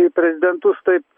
į prezidentus taip